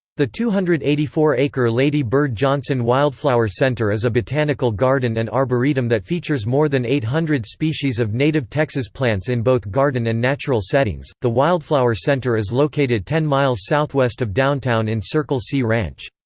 the two hundred and eighty four acre lady bird johnson wildflower center is a botanical garden and arboretum that features more than eight hundred species of native texas plants in both garden and natural settings the wildflower center is located ten miles southwest of downtown in circle c ranch.